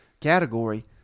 category